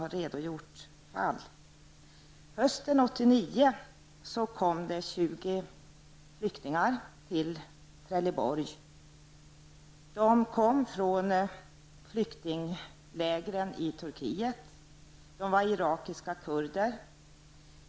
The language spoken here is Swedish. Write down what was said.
Hösten 1989 kom det 20 flyktingar till Trelleborg. De kom från flyktinglägren i Turkiet, och de var irakiska kurder.